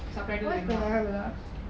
subtitle வேணுமா:venuma